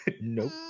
Nope